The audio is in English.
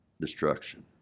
destruction